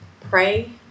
Pray